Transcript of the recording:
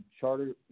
Charter